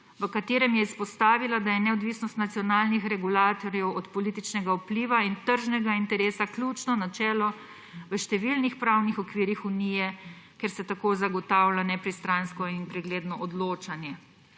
v katerem je izpostavila, da je neodvisnost nacionalnih regulatorjev od političnega vpliva in tržnega interesa ključno načelo v številnih pravnih okvirih Unije, ker se tako zagotavlja nepristransko in pregledno odločanje.